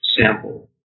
sample